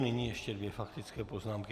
Nyní ještě dvě faktické poznámky.